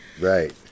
right